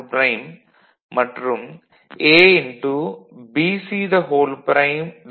C' மற்றும் A